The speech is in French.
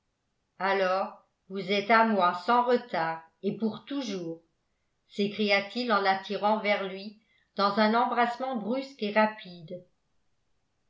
alors vous êtes à moi sans retard et pour toujours s'écria-t-il en l'attirant vers lui dans un embrassement brusque et rapide